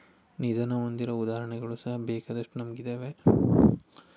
ನಿಧನ ಹೊಂದಿರುವ ಉದಾಹರಣೆಗಳು ಸಹ ಬೇಕಾದಷ್ಟು ನಮ್ಗೆ ಇದಾವೆ